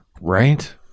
right